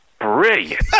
brilliant